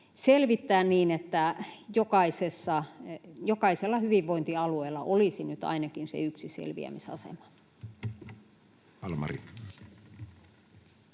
selvittää, niin että jokaisella hyvinvointialueella olisi nyt ainakin se yksi selviämisasema. Edustaja